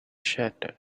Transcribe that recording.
shattered